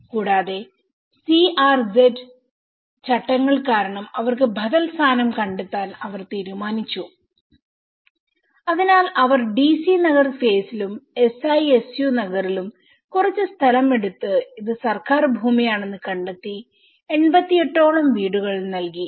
കൂടാതെ CRZ ചട്ടങ്ങൾ കാരണം അവർക്ക് ബദൽ സ്ഥാനം കണ്ടെത്താൻ അവർ തീരുമാനിച്ചു അതിനാൽ അവർ DC നഗർ ഫേസിലും SISU നഗറിലും കുറച്ച് സ്ഥലം എടുത്ത് ഇത് സർക്കാർ ഭൂമിയാണെന്ന് കണ്ടെത്തി 88 ഓളം വീടുകൾ നൽകി